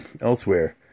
elsewhere